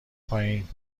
پایین